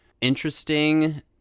interesting